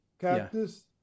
cactus